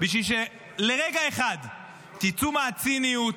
בשביל שלרגע אחד תצאו מהציניות,